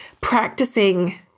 practicing